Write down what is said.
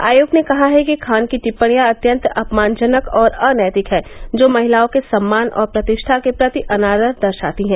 आयोग ने कहा है कि खान की टिप्पणियां अत्यंत अपमानजनक और अनैतिक हैं जो महिलाओं के सम्मान और प्रतिष्ठा के प्रति अनादर दर्शाती हैं